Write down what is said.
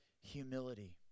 humility